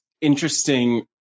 interesting